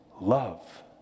love